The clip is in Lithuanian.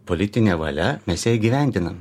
politinė valia mes ją įgyvendinam